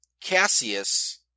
Cassius